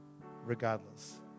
regardless